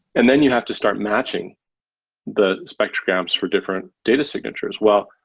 and then you have to start matching the spectrograms for different data signatures. well,